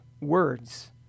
words